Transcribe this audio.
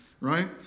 right